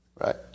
right